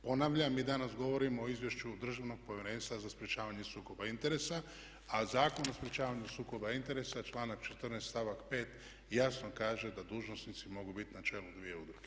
Ponavljam, mi danas govorimo o Izvješću Državnog povjerenstva za sprječavanje sukoba interesa, a Zakon o sprječavanju sukoba interesa članak 14. stavak 5. jasno kaže da dužnosnici mogu biti na čelu dvije udruge.